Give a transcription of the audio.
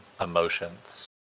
emotions